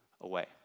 away